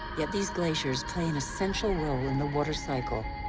yet these glaciers play an essential role in the water cycle.